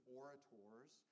orators